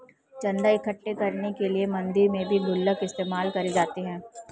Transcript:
चन्दा इकट्ठा करने के लिए मंदिरों में भी गुल्लक इस्तेमाल करे जाते हैं